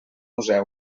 museu